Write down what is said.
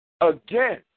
Again